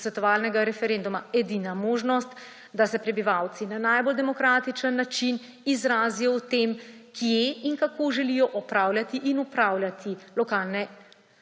posvetovalnega referenduma edina možnost, da se prebivalci na najbolj demokratičen način izrazijo o tem, kje in kako želijo opravljati in upravljati lokalne